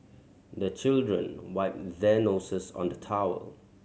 the children wipe their noses on the towel